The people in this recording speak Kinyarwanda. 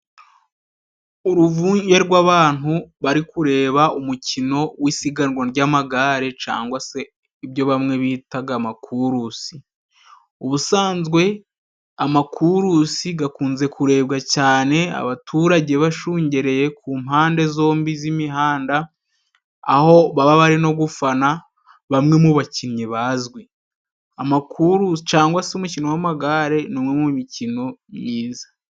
Uruvunge rw'abantu bari kureba umukino w'isiganwa ry'amagare cangwa se ibyo bamwe bitaga amakurusi. ubusanzwe, amakurusi gakunze kurebwa cyane abaturage bashungereye ku mpande zombi z'imihanda aho baba bari no gufana bamwe mu bakinnyi bazwi. Amakurusi cyangwa se umukino w'amagare ni umwe mu mikino myiza.